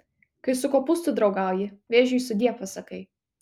kai su kopūstu draugauji vėžiui sudie pasakai